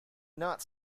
not